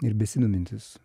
ir besidomintys